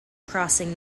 crossing